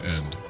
End